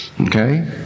Okay